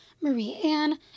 Marie-Anne